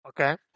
Okay